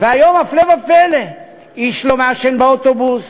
והיום, הפלא ופלא, איש לא מעשן באוטובוס,